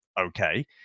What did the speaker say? okay